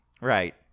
Right